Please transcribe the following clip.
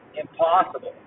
impossible